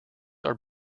are